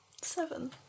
Seven